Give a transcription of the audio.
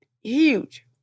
Huge